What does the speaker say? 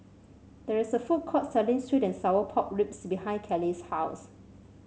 there is a food court selling sweet and Sour Pork Ribs behind Kellee's house